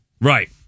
Right